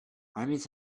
armies